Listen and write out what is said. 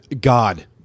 God